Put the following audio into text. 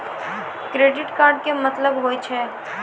Credit card के मतलब होय छै?